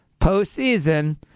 postseason